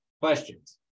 questions